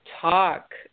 talk